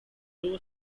two